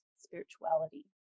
spirituality